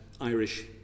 Irish